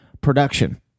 production